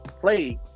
play